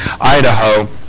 Idaho